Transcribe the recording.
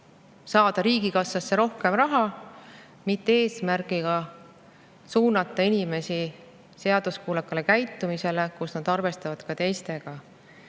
saada riigikassasse rohkem raha, mitte suunata inimesi seaduskuulekale käitumisele, nii et nad arvestavad teistega.